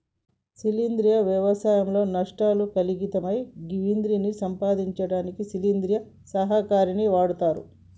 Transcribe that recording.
శిలీంద్రాలు వ్యవసాయంలో నష్టాలను కలిగిత్తయ్ గివ్విటిని సంపడానికి శిలీంద్ర సంహారిణిని వాడ్తరు